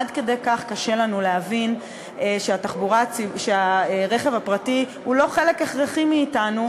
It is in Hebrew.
עד כדי כך קשה לנו להבין שהרכב הפרטי הוא לא חלק הכרחי מאתנו,